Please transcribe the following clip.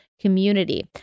community